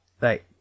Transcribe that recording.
Right